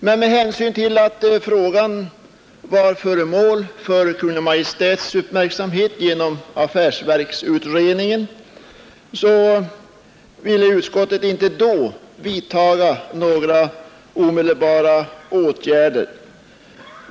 Men med hänsyn till att frågan var föremål för Kungl. Maj:ts uppmärksamhet genom affärsverksutredningen ville utskottet inte då vidtaga några omedelbara åtgärder.